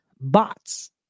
bots